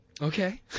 Okay